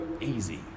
easy